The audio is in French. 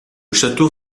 château